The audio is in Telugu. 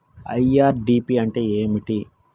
ఐ.ఆర్.డి.పి అంటే ఏమిటి?